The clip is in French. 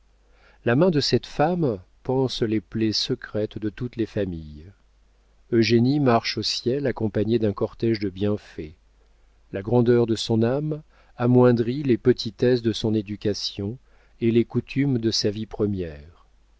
la main de cette femme panse les plaies secrètes de toutes les familles eugénie marche au ciel accompagnée d'un cortége de bienfaits la grandeur de son âme amoindrit les petitesses de son éducation et les coutumes de sa vie première